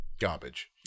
garbage